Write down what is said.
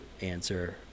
answer